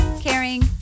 caring